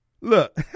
look